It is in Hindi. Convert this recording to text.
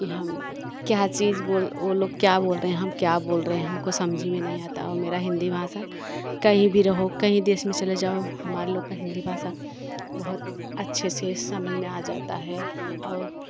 कि हम क्या चीज बोल ओ लोग क्या बोल रहे हैं हम क्या बोल रहे हैं हमको समझी में नहीं आता और मेरा हिंदी भाषा कहीं भी रहो कहीं देश में चलो जाओ हमारे लोग का हिंदी भाषा बहुत अच्छे से समझ में आ जाता है और